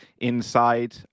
inside